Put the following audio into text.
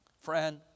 friend